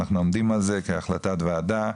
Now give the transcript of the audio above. אנחנו עומדים על זה כהחלטת ועדה,